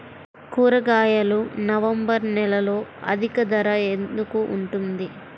కూరగాయలు నవంబర్ నెలలో అధిక ధర ఎందుకు ఉంటుంది?